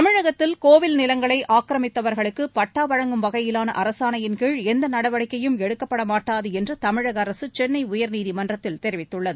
தமிழகத்தில் கோயில் நிலங்களை ஆக்கிரமித்தவர்களுக்கு பட்டா வழங்கும் வகையிலான அரசாணையிள் கீழ் எந்த நடவடிக்கையும் எடுக்கப்படாது என்று தமிழக அரசு சென்னை உயர்நீதிமன்றத்தில் தெரிவித்துள்ளது